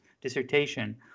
dissertation